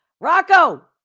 Rocco